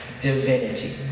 divinity